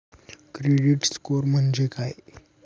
Credit score म्हणजे काय?